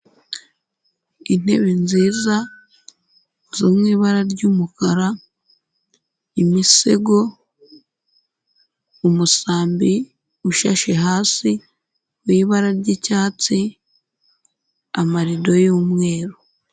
Intebe nziza zo mu ibara ry'umukara, imisego, umusambi ushashe hasi w'ibara ry'icyatsi, amarido y'umweru.